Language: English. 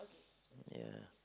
yeah